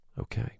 Okay